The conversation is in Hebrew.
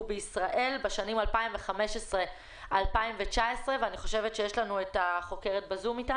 בישראל בשנים 2019-2015 ואני חושבת שיש לנו את החוקרת ב-זום.